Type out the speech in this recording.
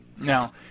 Now